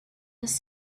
was